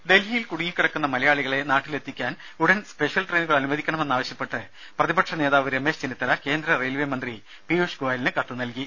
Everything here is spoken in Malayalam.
രുമ ഡൽഹിയിൽ കുടുങ്ങിക്കിടക്കുന്ന മലയാളികളെ നാട്ടിലെത്തിക്കാൻ ഉടൻ സെപ്ഷ്യൽ ട്രയിനുകൾ അനുവദിക്കണമെന്നാവശ്യപ്പെട്ട് പ്രതിക്ഷ നേതാവ് രമേശ് ചെന്നിത്തല കേന്ദ്ര റെയിൽവേ മന്ത്രി പിയൂഷ് ഗോയലിന് കത്ത് നൽകി